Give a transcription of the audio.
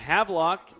Havelock